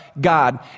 God